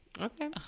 Okay